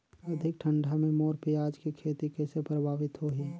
अधिक ठंडा मे मोर पियाज के खेती कइसे प्रभावित होही?